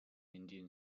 indian